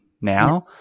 now